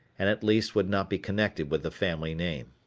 and at least would not be connected with the family name.